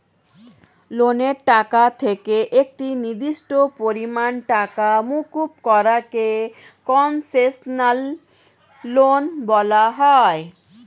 লোনের টাকা থেকে একটি নির্দিষ্ট পরিমাণ টাকা মুকুব করা কে কন্সেশনাল লোন বলা হয়